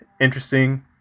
interesting